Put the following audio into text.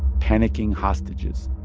panicking hostages.